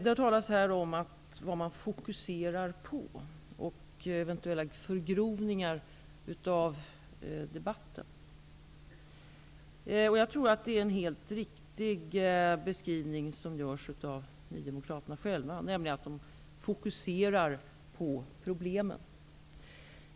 Det har här talats om vad man fokuserar på och eventuella förgrovningar av debatten. Jag tror att det är en helt riktig beskrivning som görs av Nydemokraterna själva, nämligen att man fokuserar på problemen.